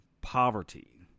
poverty